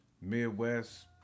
Midwest